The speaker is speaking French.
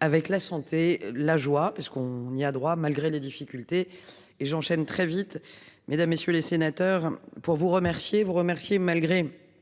avec la santé, la joie puisqu'on y a droit. Malgré les difficultés et j'enchaîne très vite. Mesdames, messieurs les sénateurs pour vous remercier vous remercier malgré